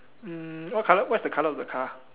mm what colour what is the colour of the car